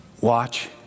Watch